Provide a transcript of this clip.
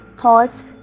thoughts